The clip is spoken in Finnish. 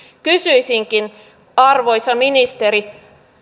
kysyisinkin arvoisa ministeri